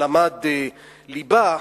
למד ליבה,